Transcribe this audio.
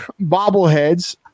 bobbleheads